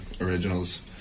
originals